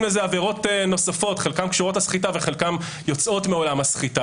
לזה עבירות נוספות שחלקן קשורות לסחיטה וחלקן יוצאות מעולם הסחיטה.